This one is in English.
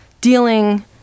dealing